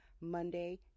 Monday